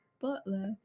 Butler